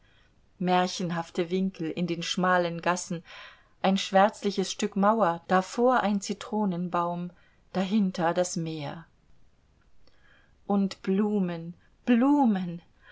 märchenhafte winkel in den schmalen gassen ein schwärzliches stück mauer davor ein zitronenbaum dahinter das meer und blumen blumen